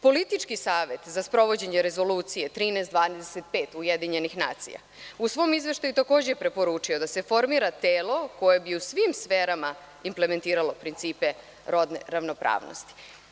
Politički savet za sprovođenje Rezolucije 1325 Ujedinjenih nacija u svom izveštaju je takođe preporučio da se formira telo koje bi u svim sferama implementiralo principe rodne ravnopravnosti.